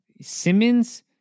simmons